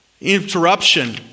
interruption